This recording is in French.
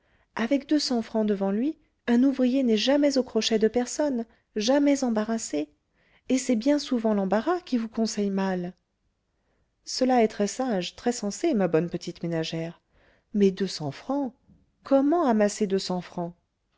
avec deux cents francs devant lui un ouvrier n'est jamais aux crochets de personne jamais embarrassé et c'est bien souvent l'embarras qui vous conseille mal cela est très-sage très sensé ma bonne petite ménagère mais deux cents francs comment amasser deux cents francs